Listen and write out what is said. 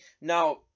now